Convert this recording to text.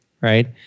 Right